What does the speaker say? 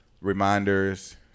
reminders